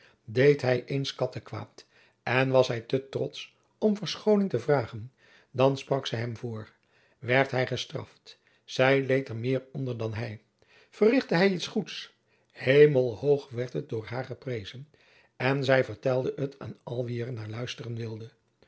deed hij eens kattekwaad en was hij te trotsch om verschooning te vragen dan sprak zij hem voor werd jacob van lennep de pleegzoon hij gestraft zij leed er meer onder dan hij verrichtte hij iets goeds hemelhoog werd het door haar geprezen en zij vertelde het aan al wie er naar luisteren wilde